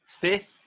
Fifth